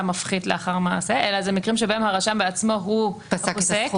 מפחית לאחר מעשה אלא אלה מקרים שבהם הרשם בעצמו הוא פסק את הסכום.